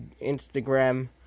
Instagram